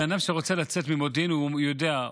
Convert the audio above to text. בן אדם שרוצה לצאת ממודיעין יודע,